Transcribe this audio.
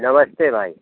नमस्ते भाई